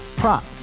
prop